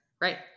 Right